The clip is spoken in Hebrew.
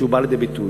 שבא לידי ביטוי,